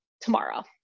tomorrow